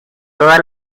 toda